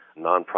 nonprofit